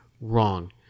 wrong